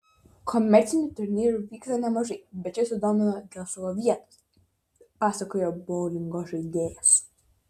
komercinių turnyrų vyksta nemažai bet šis sudomino dėl savo vietos pasakojo boulingo žaidėjas